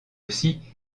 aussi